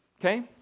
Okay